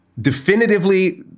definitively